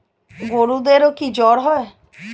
গরুদেরও কি জ্বর হয়?